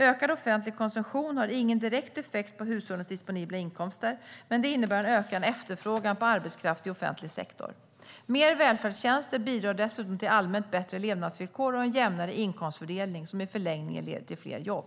Ökad offentlig konsumtion har ingen direkt effekt på hushållens disponibla inkomster, men det innebär en ökad efterfrågan på arbetskraft i offentlig sektor. Mer välfärdstjänster bidrar dessutom till allmänt bättre levnadsvillkor och en jämnare inkomstfördelning som i förlängningen leder till fler jobb.